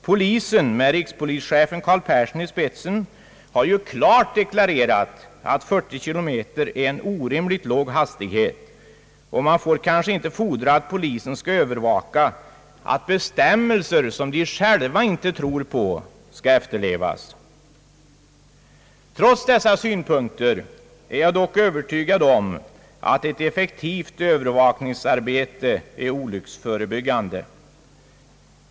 Polisen med rikspolischefen Carl Persson i spetsen har klart deklarerat att 40 kilometer är en orimligt låg hastighet. Man får kanske inte fordra att polisen skall övervaka att bestämmelser, som de själva inte tror på, skall efterlevas. Trots dessa synpunkter är jag dock övertygad om att ett effektivt övervakningsarbete är = olycksförebyggande.